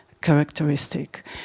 characteristic